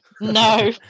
no